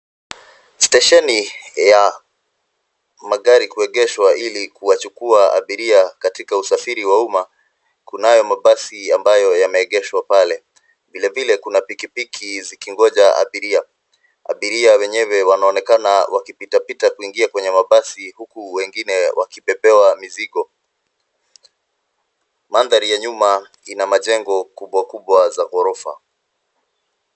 Stesheni ya magari kuegeshwa ilikuwachukua abiria katika usafiri wa umma. Kunayo mabasi ambayo yameegeshwa pale. Vile vile kuna pikipiki zikingoja abiria. Abiria wenyewe wanaonekana wakipitapita kuingia kwenye mabasi huku wengine wakibebewa mizigo. Mandhari ya nyuma ina majengo kubwa kubwa za ghorofa.